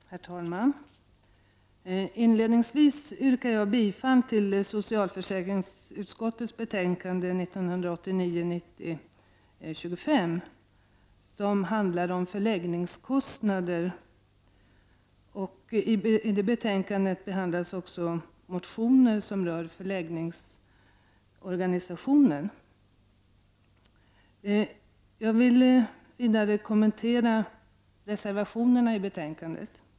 Herr talman! Inledningsvis yrkar jag bifall till socialförsäkringsutskottets hemställan i betänkande 1989/90:25, som handlar om förläggningskostnader. I betänkandet behandlas också motioner som rör förläggningsorganisationen. Jag vill kommentera reservationerna i betänkandet.